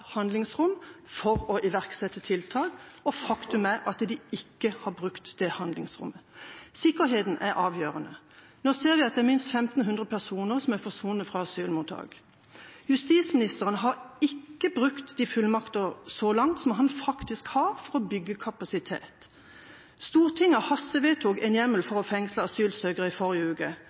handlingsrom til å iverksette tiltak, og faktum er at de ikke har brukt det handlingsrommet. Sikkerheten er avgjørende. Nå ser vi at det er minst 1 500 personer som er forsvunnet fra asylmottak. Justisministeren har så langt ikke brukt de fullmaktene han faktisk har, til å bygge kapasitet. Stortinget hastevedtok en hjemmel for å fengsle asylsøkere i forrige uke.